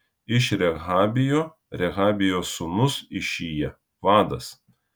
iš rehabijo rehabijo sūnus išija vadas